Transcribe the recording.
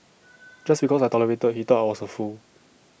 just because I tolerated he thought I was A fool